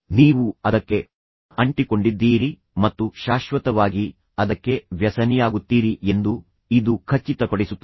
ನೀವು ಅದಕ್ಕೆ ಅಂಟಿಕೊಂಡಿದ್ದೀರಿ ಮತ್ತು ಶಾಶ್ವತವಾಗಿ ಅದಕ್ಕೆ ವ್ಯಸನಿಯಾಗುತ್ತೀರಿ ಎಂದು ಇದು ಖಚಿತಪಡಿಸುತ್ತದೆ